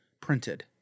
printed